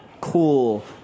cool